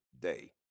day